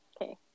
okay